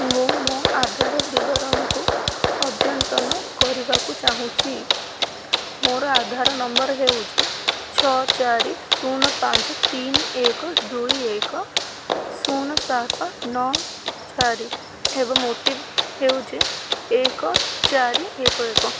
ମୁଁ ମୋ ଆଧାର ବିବରଣୀକୁ ଅଦ୍ୟାତନ କରିବାକୁ ଚାହୁଁଛି ମୋର ଆଧାର ନମ୍ବର ହେଉଛି ଛଅ ଚାରି ଶୂନ ପାଞ୍ଚ ତିନି ଏକ ଦୁଇ ଏକ ଶୂନ ସାତ ନଅ ଚାରି ଏବଂ ଓ ଟି ପି ହେଉଛି ଏକ ଚାରି ଏକ ଏକ